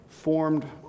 Formed